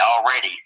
already